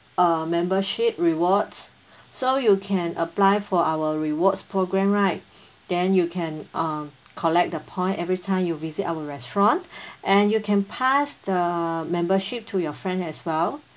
uh membership rewards so you can apply for our rewards programme right then you can uh collect the point every time you visit our restaurant and you can pass the membership to your friend as well